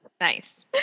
Nice